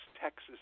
Texas